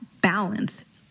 balance